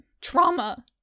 trauma